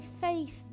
faith